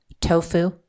tofu